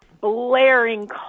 blaring